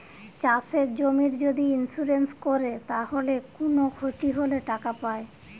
চাষের জমির যদি ইন্সুরেন্স কোরে তাইলে কুনো ক্ষতি হলে টাকা পায়